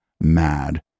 mad